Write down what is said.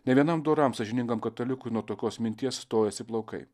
ne vienam doram sąžiningam katalikui nuo tokios minties stojasi plaukai